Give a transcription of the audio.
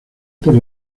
por